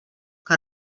que